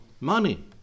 Money